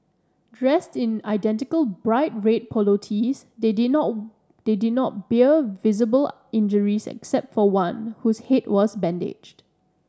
dressed in identical bright red polo tees they did not they did not bear visible injuries except for one whose head was bandaged